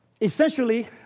Essentially